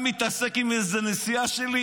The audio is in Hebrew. אתה מתעסק עם איזו נסיעה שלי?